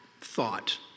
thought